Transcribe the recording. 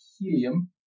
Helium